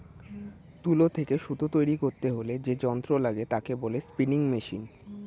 তুলো থেকে সুতো তৈরী করতে হলে যে যন্ত্র লাগে তাকে বলে স্পিনিং মেশিন